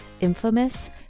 infamous